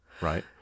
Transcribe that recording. right